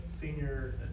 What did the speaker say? senior